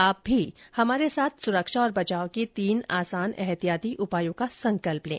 आप भी हमारे साथ सुरक्षा और बचाव के तीन आसान एहतियाती उपायों का संकल्प लें